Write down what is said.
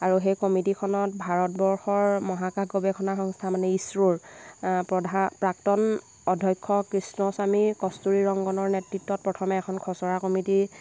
আৰু সেই কমিটিখনত ভাৰতবৰ্ষৰ মহাকাশ গৱেষণা সংস্থাৰ মানে ইছৰোৰ প্ৰধান প্ৰাক্তন অধ্যক্ষ কৃষ্ণ স্বামী কস্তুৰি ৰংগনৰ নেতৃত্বত প্ৰথমে এখন খচৰা কমিটি